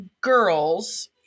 girls